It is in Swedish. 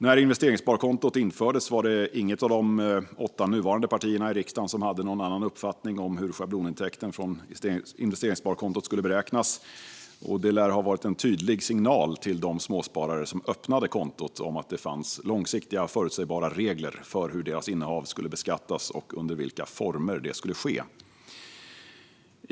När investeringssparkontot infördes var det inget av de åtta nuvarande partierna i riksdagen som hade någon annan uppfattning om hur schablonintäkten från investeringssparkontot skulle beräknas. Detta lär ha varit en tydlig signal till de småsparare som öppnade kontot om att det fanns långsiktiga, förutsägbara regler för hur deras innehav skulle beskattas och under vilka former det skulle ske.